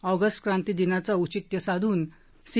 August क्रांती दिनाचं औचित्य साधून सी